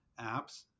apps